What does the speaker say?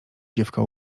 dziewka